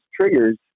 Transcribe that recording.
triggers